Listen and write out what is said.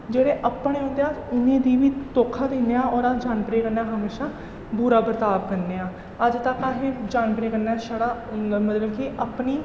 जेह्ड़े अपने होंदे अस उ'नेंगी बी धोखा दिन्ने आं ते अस जानवरै कन्नै हमेशां बुरा बर्ताव करने आं अजें तक असें जानवरें कन्नै छड़ा मतलब कि अपनी